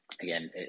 again